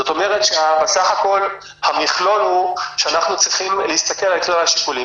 זאת אומרת שסך הכל המכלול הוא שאנחנו צריכים להסתכל על מכלול השיקולים.